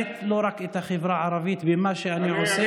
לא רק את החברה הערבית במה שאני עושה.